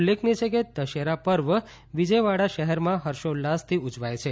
ઉલ્લેખનીય છેકે દશેરા પર્વ વિજયવાડા શહેરમાં હર્ષ ઉલ્લાસથી ઉજવાય છે